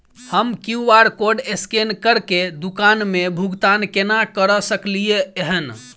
हम QR code scan करके दुकान मे भुगतान केना करऽ सकलिये एहन?